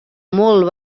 molt